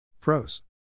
Pros